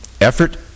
effort